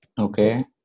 Okay